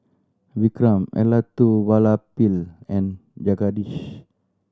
Vikram Elattuvalapil and Jagadish